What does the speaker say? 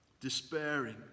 Despairing